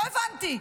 לא הבנתי.